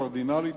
קרדינלית,